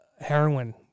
heroin